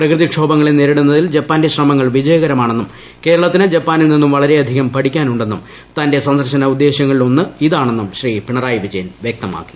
പ്രകൃതിക്ഷോഭങ്ങളെ നേരിടുന്നതിൽ ജപ്പാന്റെ ശ്രമങ്ങൾ വിജയകരമാണെന്നും കേരളത്തിന് ജപ്പാനിൽ നിന്നും വളരെയധികം പഠിക്കാനുണ്ടെന്നും തന്റെ സന്ദർശന ഉദ്ദേശ്യങ്ങളിലൊന്ന് ഇതാണെന്നും ശ്രീ പിണറായി വിജയൻ വ്യക്തമാക്കി